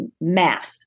math